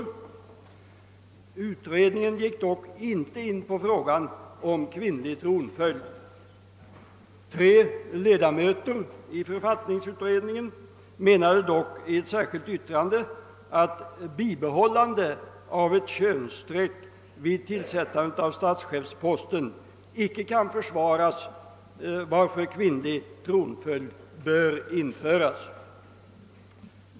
Utredningen gick dock inte in på frågan om kvinnlig tronföljd. Tre ledamöter av författningsutredningen menade emellertid i ett särskilt yttrande, att bibehållande av ett könsstreck vid tillsättande av statschefsposten icke kunde försvaras, varför kvinnlig tronföljd borde införas.